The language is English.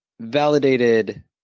validated